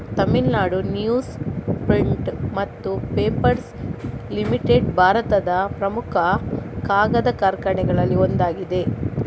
Tamil Nadu newsprint ಮತ್ತು papers limited ಭಾರತದ ಪ್ರಮುಖ ಕಾಗದ ಕಾರ್ಖಾನೆಗಳಲ್ಲಿ ಒಂದಾಗಿದೆ